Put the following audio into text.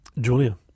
Julia